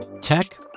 Tech